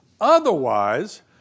Otherwise